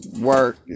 work